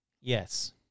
yes